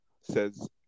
says